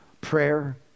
prayer